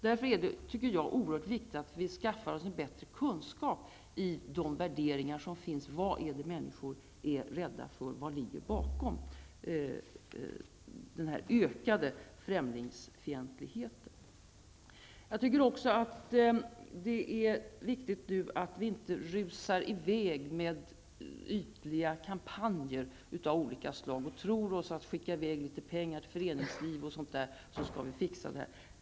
Därför är det oerhört viktigt att vi skaffar oss en bättre kunskap om de värderingar som finns: Vad är det människor är rädda för? Vad ligger bakom den ökade främlingsfientligheten? Det är också viktigt att vi inte rusar i väg med ytliga kampanjer av olika slag och tror att vi skall fixa detta om vi skickar i väg litet pengar till föreningslivet osv.